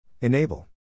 Enable